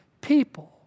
people